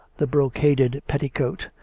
the brocaded petticoat,